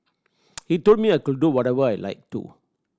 he told me I could do whatever I like too